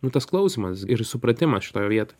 nu tas klausymas ir supratimas šitoje vietoj